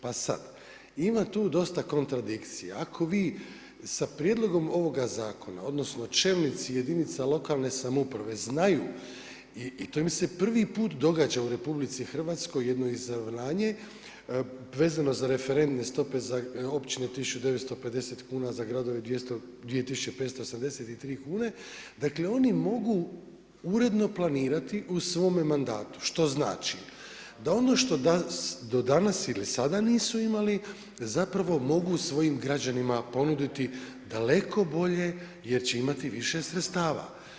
Pa sad, ima tu dosta kontradikcija, ako vi sa prijedlog ovoga zakona, odnosno čelnici jedinica lokalne samouprave znaju i to im se prvi put događa u RH, jedno izravnanje, vezano za referentne stope za općine 1950 kn za gradove 2583 kn, dakle, oni mogu uredno planirati u svome mandatu, što znači, da ono što do danas ili sada nisu imali, zapravo mogu svojim građanima ponuditi da daleko bolje, jer će imati više sredstava.